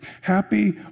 Happy